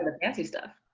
and fancy stuff.